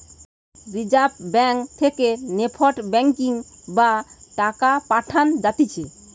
reserve bank থেকে NEFT banking বা টাকা পাঠান যাতিছে